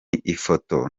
ifoto